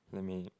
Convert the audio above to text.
I mean